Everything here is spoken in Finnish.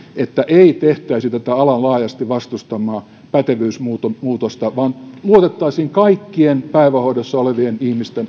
että ei tehtäisi tätä alan laajasti vastustamaa pätevyysmuutosta vaan luotettaisiin kaikkien päivähoidossa olevien ihmisten